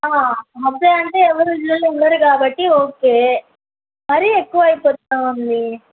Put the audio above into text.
అప్పుడే అంటే ఎవ్వరు ఇళ్ళలో ఉండరు కాబట్టి ఓకే మరీ ఎక్కువైపోతూ ఉంది